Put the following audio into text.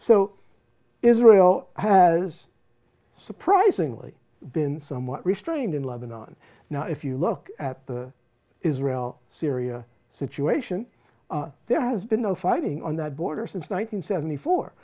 so israel has surprisingly been somewhat restrained in lebanon now if you look at israel syria situation there has been no fighting on that border since one nine hundred seventy four